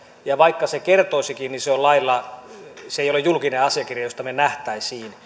ja vaikka se kertoisikin se ei ole julkinen asiakirja josta me sen näkisimme